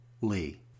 Lee